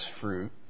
fruit